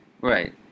Right